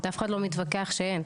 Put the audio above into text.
אף אחד לא מתווכח שאין,